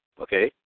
okay